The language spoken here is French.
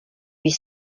huit